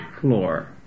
floor